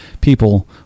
people